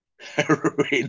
heroin